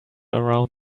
around